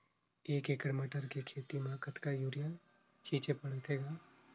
एक एकड़ मटर के खेती म कतका युरिया छीचे पढ़थे ग?